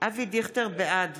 בעד